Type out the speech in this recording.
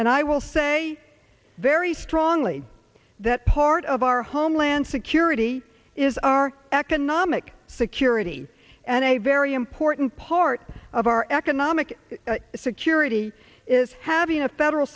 i will say very strongly that part of our homeland security is our economic security and a very important part of our economic security is having a federal